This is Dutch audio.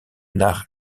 naar